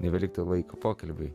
nebeliktų laiko pokalbiui